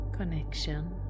Connection